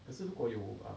可是如果有 ah